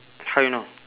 how you know